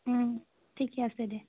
ঠিকে আছে দে